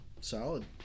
solid